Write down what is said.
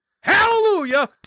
Hallelujah